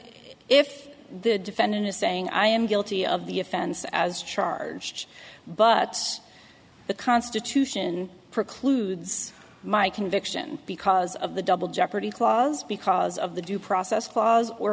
if the defendant is saying i am guilty of the offense as charged but the constitution precludes my conviction because of the double jeopardy clause because of the due process clause or